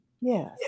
Yes